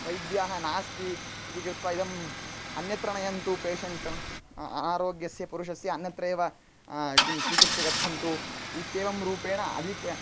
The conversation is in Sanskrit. वैद्याः नास्ति इति कृत्वा इदम् अन्यत्र नयन्तु पेशण्ट् अनारोग्यस्य पुरुषस्य अन्यत्र एव किं स्वीकृत्य गच्छन्तु इत्येवं रूपेण अधिकं